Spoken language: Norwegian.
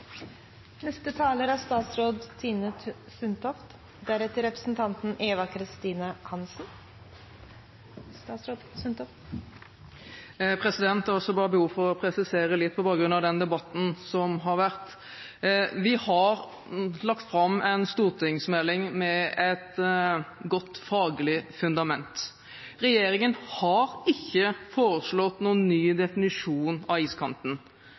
behov for å presisere litt på bakgrunn av denne debatten vi har hatt. Vi har lagt fram en stortingsmelding med et godt faglig fundament. Regjeringen har ikke foreslått noen ny definisjon av iskanten.